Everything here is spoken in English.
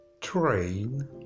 Train